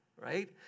right